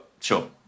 sure